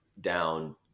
down